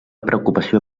preocupació